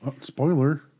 Spoiler